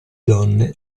donne